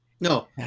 No